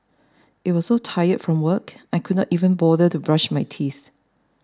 I was so tired from work I could not even bother to brush my teeth